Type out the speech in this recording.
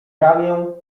ramię